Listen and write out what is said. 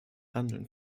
handeln